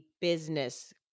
business